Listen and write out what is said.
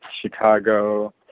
Chicago